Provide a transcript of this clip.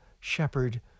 shepherd